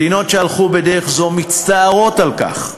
מדינות שהלכו בדרך זאת מצטערות על כך,